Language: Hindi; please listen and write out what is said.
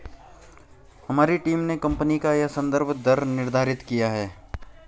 हमारी टीम ने कंपनी का यह संदर्भ दर निर्धारित किया है